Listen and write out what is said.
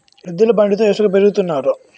ఎద్దుల బండితో ఇసక పెరగతన్నారు